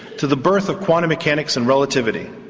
to the birth of quantum mechanics and relativity.